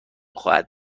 خواهد